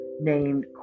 named